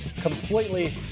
completely